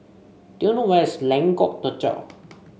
do you know where is Lengkok Tujoh